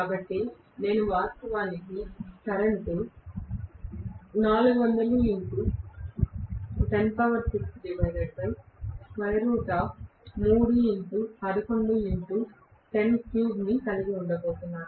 కాబట్టి నేను వాస్తవానికి కరెంట్ కలిగి ఉండబోతున్నాను